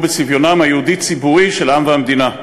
בצביונם היהודי-ציבורי של העם והמדינה.